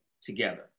together